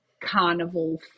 carnival